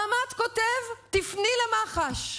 הרמ"ט כותב: תפני למח"ש.